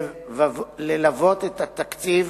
ללוות את התקציב